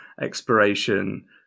expiration